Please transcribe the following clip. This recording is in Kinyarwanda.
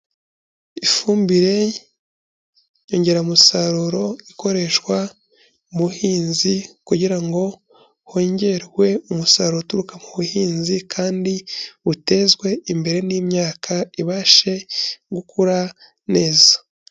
Ifumbire nyongeramusaruro ikoreshwa mu muhinzi kugira ngo hongerwe umusaruro uturuka mu buhinzi kandi butezwe imbere n'imyaka ibashe gukura neza.